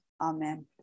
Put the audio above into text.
Amen